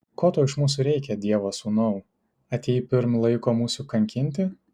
ko tau iš mūsų reikia dievo sūnau atėjai pirm laiko mūsų kankinti